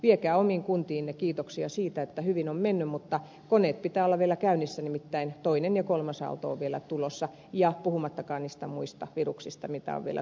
viekää omiin kuntiinne kiitoksia siitä että hyvin on mennyt mutta koneiden pitää olla vielä käynnissä nimittäin toinen ja kolmas aalto ovat vielä tulossa puhumattakaan niistä muista viruksista joita on vielä tulossa